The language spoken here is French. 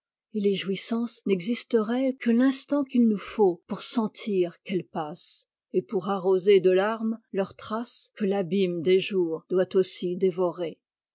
et les jouissances n'existeraient que l'instant qu'il nous faut pour sentir qu'elles passent et pour arroser de larmes leurs traces que l'abîme des jours doit aussi dévorer